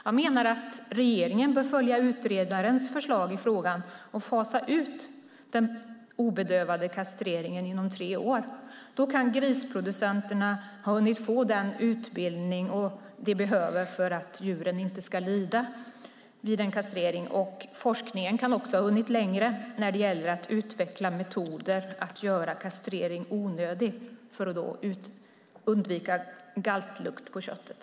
Jag menar att regeringen bör följa utredarens förslag i frågan och fasa ut den obedövade kastreringen inom tre år. Då kan grisproducenterna ha hunnit få den utbildning de behöver för att djuren inte ska lida vid en kastrering. Forskningen kan också ha hunnit längre när det gäller att utveckla metoder för att göra det onödigt med kastrering i syfte att undvika galtlukt på köttet.